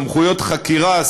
סמכויות חקירה,